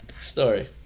story